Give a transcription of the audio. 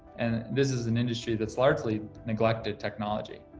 and this is an industry that's largely neglected technology.